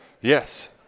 Yes